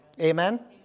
Amen